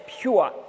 pure